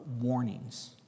warnings